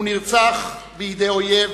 הוא נרצח בידי אויב